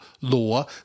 law